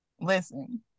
Listen